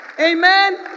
Amen